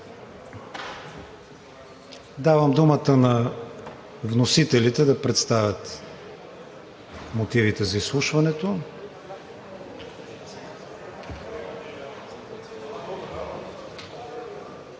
Давам думата на вносителите да представят мотивите за изслушването.